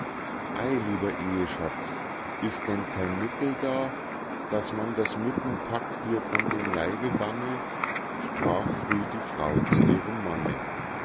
lieber eheschatz ist denn kein mittel da daß man das mückenpack dir von dem leibe banne sprach früh die frau zu ihrem manne